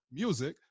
music